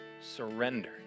surrender